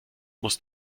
muss